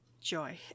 joy